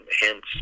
hence